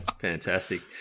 Fantastic